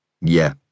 Yeah